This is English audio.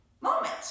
moment